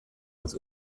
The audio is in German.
als